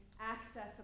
access